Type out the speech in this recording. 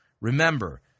Remember